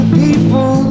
people